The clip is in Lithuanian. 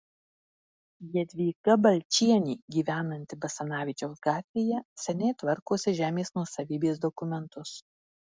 jadvyga balčienė gyvenanti basanavičiaus gatvėje seniai tvarkosi žemės nuosavybės dokumentus